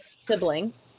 Siblings